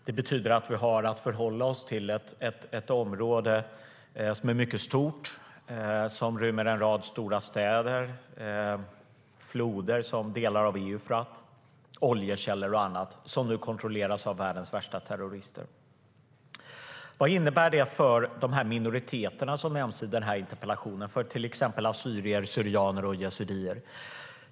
Det betyder att vi har att förhålla oss till ett mycket stort område som rymmer en rad stora städer, floder - till exempel delar av Eufrat - oljekällor och annat, och som nu kontrolleras av världens värsta terrorister. Vad innebär det för de minoriteter som nämns i interpellationen? Det gäller till exempel assyrier, syrianer och yazidier.